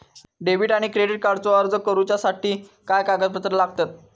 Debit आणि credit कार्डचो अर्ज करुच्यासाठी काय कागदपत्र लागतत?